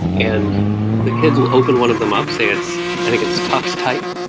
and the kids will open one of them up, say it's i think it's tuxtype,